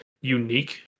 unique